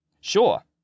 Sure